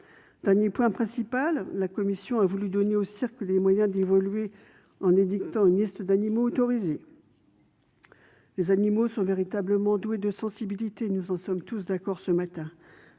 Dernier point important, la commission a voulu donner aux cirques les moyens d'évoluer en fixant une liste d'animaux autorisés. Les animaux sont véritablement doués de sensibilité- nous en sommes tous d'accord. Ce texte